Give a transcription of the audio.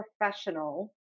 professional